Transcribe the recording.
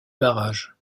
barrage